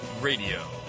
Radio